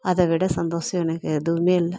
அதைவிட சந்தோஷம் எனக்கு எதுவுமே இல்லை